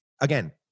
again